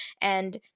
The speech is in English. and-